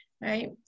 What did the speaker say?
right